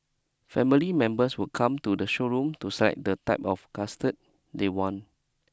family members would come to the showroom to select the type of cutard they want